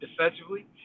defensively